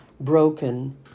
broken